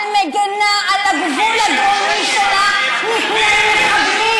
מגינה על הגבול הדרומי שלה מפני מחבלים,